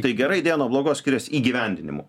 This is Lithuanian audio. tai gera idėja nuo blogos skiriasi įgyvendinimu